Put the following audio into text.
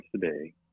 today